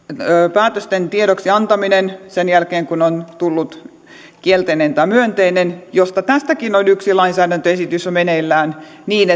päätösten tiedoksi antaminen sen jälkeen kun on tullut kielteinen tai myönteinen josta tästäkin on jo yksi lainsäädäntöesitys meneillään niin